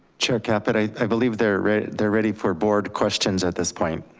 chair caput, i i believe they're they're ready. for board questions at this point,